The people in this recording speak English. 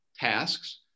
tasks